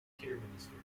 kidderminster